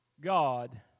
God